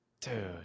Dude